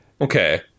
Okay